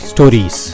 Stories